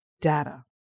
data